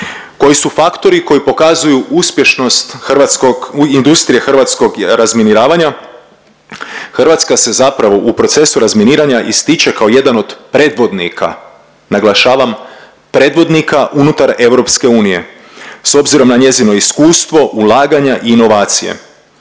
Koji su faktori koji pokazuju uspješnost hrvatskog, industrije hrvatskog razminiravanja? Hrvatska se zapravo u procesu razminiranja ističe kao jedan od predvodnika, naglašavam predvodnika unutar EU s obzirom na njezino iskustvo, ulaganja i inovacije.